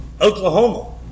Oklahoma